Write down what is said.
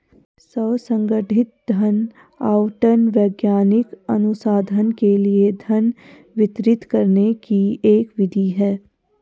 स्व संगठित धन आवंटन वैज्ञानिक अनुसंधान के लिए धन वितरित करने की एक विधि है